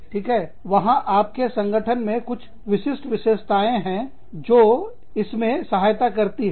ठीक है वहां आपके संगठन में कुछ विशिष्ट विशेषताएँ हैं जो इसमें सहायता करती है